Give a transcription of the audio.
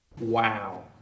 Wow